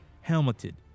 helmeted